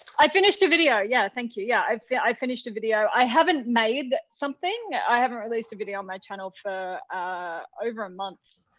i finished a video, yeah. thank you. yeah i yeah i finished a video. i haven't made something i haven't released a video um on channel for over a month,